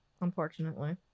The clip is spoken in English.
Unfortunately